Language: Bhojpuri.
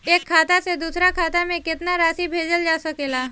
एक खाता से दूसर खाता में केतना राशि भेजल जा सके ला?